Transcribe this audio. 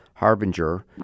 Harbinger